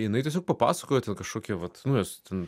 jinai tiesiog papasakojo ten kažkokį vat nu jos ten